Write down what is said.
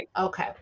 Okay